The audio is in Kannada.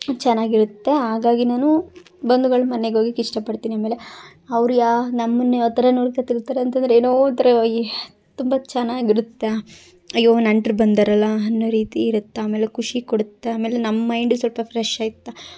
ಚೆನ್ನಾಗಿರುತ್ತೆ ಹಾಗಾಗಿ ನಾನು ಬಂಧುಗಳ ಮನೆಗೋಗೋಕೆ ಇಷ್ಟಪಡ್ತೀನಿ ಆಮೇಲೆ ಅವರು ಯಾ ನಮ್ಮನ್ನು ಯಾವ ಥರ ನೋಡ್ತಾ ತಿರುಗ್ತಾರೆ ಅಂತ ಅಂದ್ರೆ ಏನೋ ಒಂಥರಾ ಈ ತುಂಬ ಚೆನ್ನಾಗಿರುತ್ತೆ ಅಯ್ಯೋ ನೆಂಟ್ರು ಬಂದಾರಲ್ಲ ಅನ್ನೋ ರೀತಿ ಇರುತ್ತೆ ಆಮೇಲೆ ಖುಷಿ ಕೊಡುತ್ತೆ ಆಮೇಲೆ ನಮ್ಮ ಮೈಂಡ್ ಸ್ವಲ್ಪ ಫ್ರೆಶ್ ಆಯಿತಾ